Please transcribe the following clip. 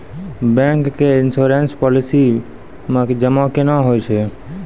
Bank के insurance policy मे जमा केना होय छै?